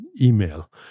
email